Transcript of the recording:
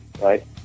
right